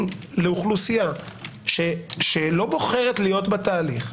אני לאוכלוסייה שלא בוחרת להיות בתהליך,